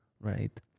right